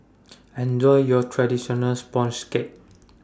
Enjoy your Traditional Sponge Cake